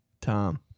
Tom